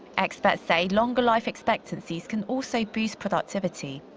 experts say longer life expectancies can also boost productivity.